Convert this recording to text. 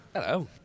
Hello